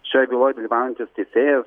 šioj byloj dalyvaujantis teisėjas